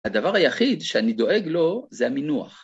הדבר היחיד שאני דואג לו זה המינוח.